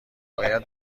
باید